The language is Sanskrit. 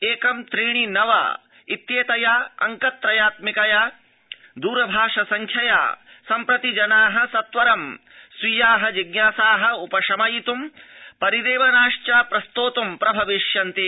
एकम् त्रीणि नव इत्येतया अंक त्रयात्मिकया द्रभाष संख्यया सम्प्रति जना सत्वरं स्वीया जिज्ञासा उपशयित्ं परिदेशवनाश्च प्रस्तोत् प्रभविष्यन्ति